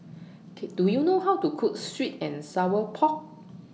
K Do YOU know How to Cook Sweet and Sour Pork